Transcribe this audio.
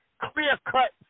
clear-cut